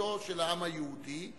מולדתו של העם היהודי,